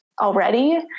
already